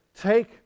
take